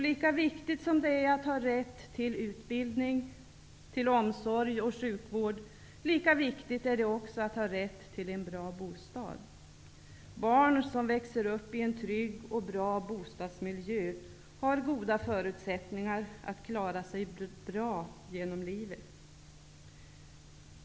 Lika viktigt som det är att ha rätt till utbildning, till omsorg och till sjukvård, är det att ha rätt till en bra bostad. Barn som växer upp i en trygg och bra bostadsmiljö har goda förutsättningar att klara sig bra genom livet.